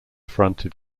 fronted